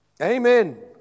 Amen